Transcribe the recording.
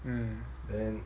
mm